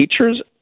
Teachers